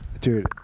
Dude